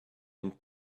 and